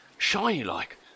shiny-like